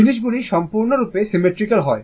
জিনিসগুলো সম্পূর্ণরূপে সিমেট্রিক্যাল হয়